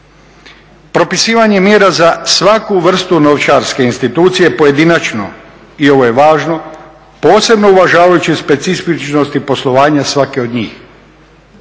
Propisivanje mjera za svaku vrstu novčarske institucije pojedinačno, i ovo je važno, posebno uvažavajući specifičnosti poslovanja svake od njih.